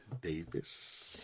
Davis